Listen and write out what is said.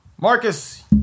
Marcus